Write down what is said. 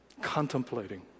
contemplating